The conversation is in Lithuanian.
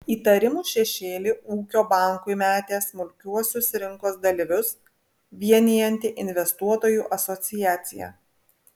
įtarimų šešėlį ūkio bankui metė smulkiuosius rinkos dalyvius vienijanti investuotojų asociacija